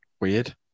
Weird